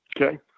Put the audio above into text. okay